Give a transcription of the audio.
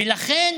ולכן,